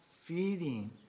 feeding